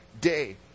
day